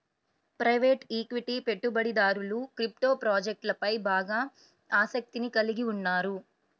private equity పెట్టుబడిదారులు crypto ప్రాజెక్ట్లపై బాగా ఆసక్తిని కలిగి ఉన్నారు